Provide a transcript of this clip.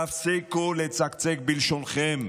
תפסיקו לצקצק בלשונכם,